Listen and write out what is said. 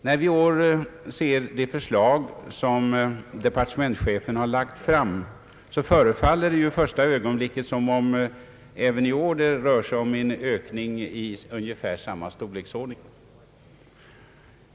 När man ser det förslag som departementschefen har lagt fram i år, förefaller det vid första anblicken som om det även i år rör sig om en ökning i ungefär samma storlek.